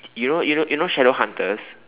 you know you know you know shadow hunters